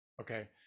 okay